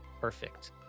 perfect